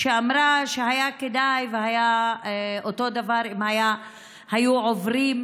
שאמרה שהיה כדאי והיה אותו דבר אם היו עוברים,